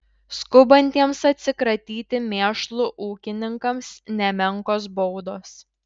skubantiems atsikratyti mėšlu ūkininkams nemenkos baudos